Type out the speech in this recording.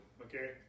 Okay